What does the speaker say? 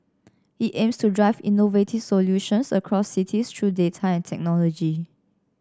it aims to drive innovative solutions across cities through data and technology